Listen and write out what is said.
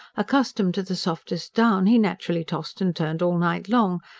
accustomed to the softest down, he naturally tossed and turned all night long,